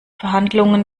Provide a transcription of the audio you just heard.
verhandlungen